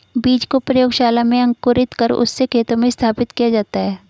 बीज को प्रयोगशाला में अंकुरित कर उससे खेतों में स्थापित किया जाता है